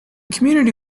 community